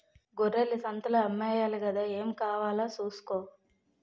గొర్రెల్ని సంతలో అమ్మేయాలి గదా ఏం కావాలో సూసుకో